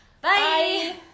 Bye